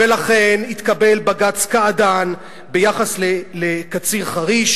ולכן התקבל בג"ץ קעדאן ביחס לקציר-חריש